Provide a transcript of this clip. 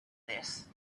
this